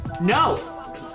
no